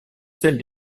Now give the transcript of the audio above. celle